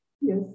Yes